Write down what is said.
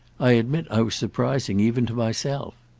i admit i was surprising even to myself.